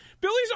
Billy's